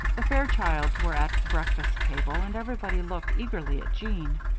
the fairchilds were at the breakfast table and everybody looked eagerly at jeanne.